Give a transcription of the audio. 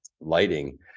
lighting